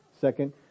Second